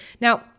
Now